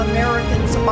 Americans